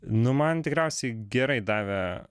nu man tikriausiai gerai davė